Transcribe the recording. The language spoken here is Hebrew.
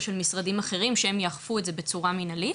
או של משרדים אחרים שהם יאכפו את זה בצורה מנהלית.